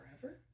forever